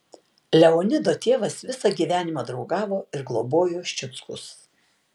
leonido tėvas visą gyvenimą draugavo ir globojo ščiuckus